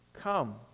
Come